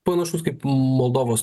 panašus kaip moldovos